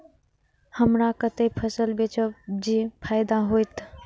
हमरा कते फसल बेचब जे फायदा होयत?